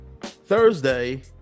Thursday